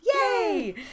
Yay